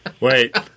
Wait